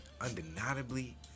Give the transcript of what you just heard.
undeniably